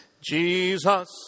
Jesus